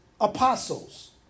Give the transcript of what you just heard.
apostles